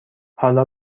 حالا